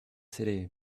city